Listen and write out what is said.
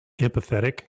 empathetic